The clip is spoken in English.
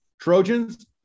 Trojans